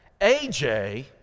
AJ